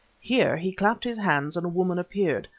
here he clapped his hands and a woman appeared,